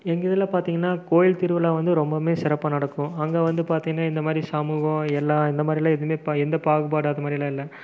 எங்கள் இதில் பார்த்திங்கன்னா கோயில் திருவிழா வந்து ரொம்பவுமே சிறப்பாக நடக்கும் அங்கே வந்து பார்த்திங்கன்னா இந்த மாதிரி சமூகம் எல்லாம் இந்த மாதிரிலாம் எதுவுமே எந்த பாகுப்பாடும் அது மாதிரிலாம் இல்லை